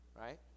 right